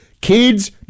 Kids